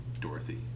Dorothy